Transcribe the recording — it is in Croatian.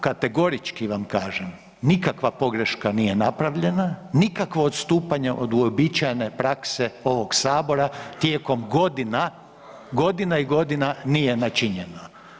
Kategorički vam kažem, nikakva pogreška nije napravljena, nikakvo odstupanje od uobičajene prakse ovog Sabora tijekom godina, godina i godina nije načinjeno.